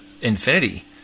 infinity